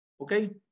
okay